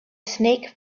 snake